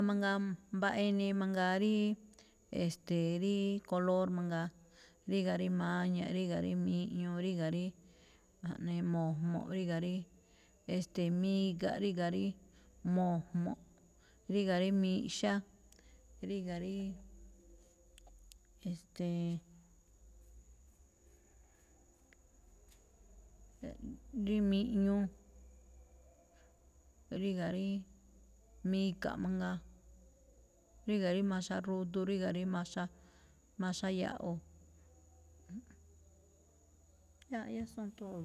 Mangaa, mbaꞌa enii mangaa ríí, e̱ste̱e̱, ríí color mangaa, ríga̱ rí maña̱ꞌ, ríga̱ rí miꞌñuu, ríga̱ rí ja̱ꞌnee mo̱jmo̱ꞌ, ríga̱ rí, e̱ste̱e̱, miga̱ꞌ, ríga̱ rí mo̱jmo̱ꞌ, ríga̱ rí miꞌxá, ríga̱ rí, e̱ste̱e̱, miꞌñuu, ríga̱ rí miga̱ꞌ mangaa, ríga̱ rí maxa rudu, ríga̱ rí maxa, maxa ya̱ꞌwo̱.